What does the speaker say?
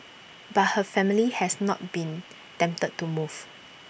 but her family has not been tempted to move